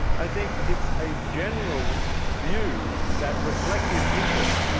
i think it's a general view that reflective people,